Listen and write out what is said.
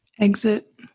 Exit